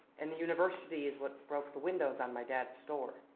and the university is what broke the windows um my dad's store.